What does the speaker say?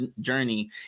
journey